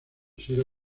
sido